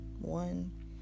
one